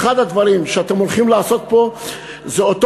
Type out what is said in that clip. אחד הדברים שאתם הולכים לעשות פה הוא לאותו